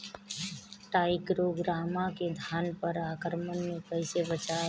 टाइक्रोग्रामा के धान पर आक्रमण से कैसे बचाया जाए?